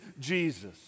Jesus